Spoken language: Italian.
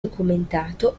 documentato